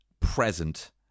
present